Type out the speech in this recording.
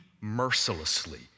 mercilessly